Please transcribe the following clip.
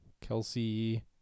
Kelsey